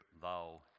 thou